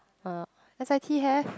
s_i_t have